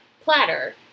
platter